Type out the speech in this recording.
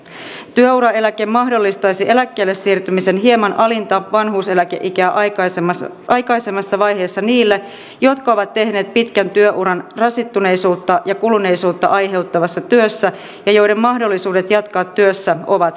työ uraeläke mahdollistaisi eläkkeelle siirtymisen hieman alinta vanhuuseläkeikää aikaisemmassa vaiheessa niille jotka ovat tehneet pitkän työuran rasittuneisuutta ja kuluneisuutta aiheuttavassa työssä ja joiden mahdollisuudet jatkaa työssä ovat heikentyneet